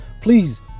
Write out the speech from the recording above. please